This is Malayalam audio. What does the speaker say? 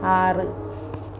ആറ്